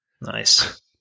nice